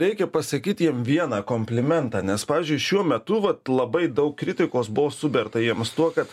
reikia pasakyti jiems vieną komplimentą nes pavyzdžiui šiuo metu vat labai daug kritikos buvo suberta jiems tuo kad